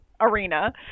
arena